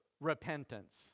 repentance